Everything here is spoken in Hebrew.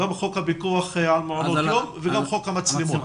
גם חוק הפיקוח על מעונות יום וגם חוק המצלמות.